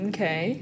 Okay